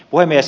puhemies